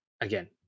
again